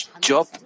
Job